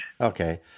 Okay